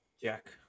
Jack